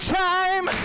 time